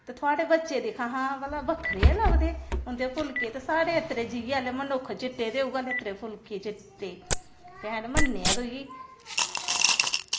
ते थुआढ़े बच्चे दिक्ख हां भला बक्खरे गै लभदे उं'दे फुलके ते साढ़े अत्तरे जियै लै मनुक्ख चिट्टे ते उ'ऐ लै अत्तरे फुलके चिट्टे भैन मन्नेआ तुगी